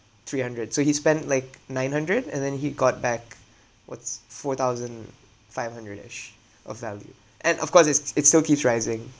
three hundred so he spent like nine hundred and then he got back what's four thousand five hundred ~ish of value and of course it's it still keeps rising